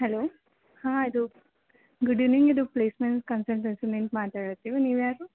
hello ಹಾಂ ಇದು good evening ಇದು ಪ್ಲೇಸ್ಮೆಂಟ್ ಕನ್ಸಲ್ಟೆನ್ಸಿಲಿಂದ್ ಮಾತಾಡತ್ತೀವಿ ನೀವು ಯಾರು